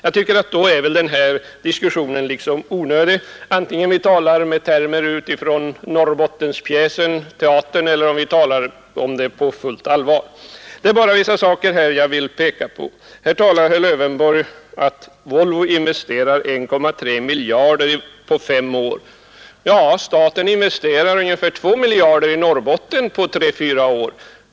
Då tycker jag att denna diskussion är ganska onödig, oavsett om vi talar med termer utifrån den bekanta teaterpjäsen om Norrbotten eller om vi talar om detta på fullt allvar. Jag vill här bara peka på ett par saker. Herr Lövenborg talade om att Volvo investerar 1,3 miljarder på fem år. Ja, staten investerar ungefär 2 miljarder i Norrbotten på tre, fyra år.